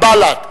בל"ד,